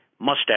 Mustache